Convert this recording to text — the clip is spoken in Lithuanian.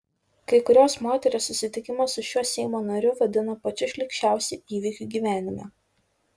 kai kurios moterys susitikimą su šiuo seimo nariu vadina pačiu šlykščiausiu įvykiu gyvenime